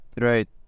Right